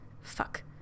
Fuck